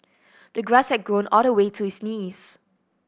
the grass had grown all the way to his knees